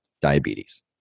diabetes